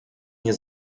nie